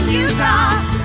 Utah